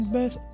Best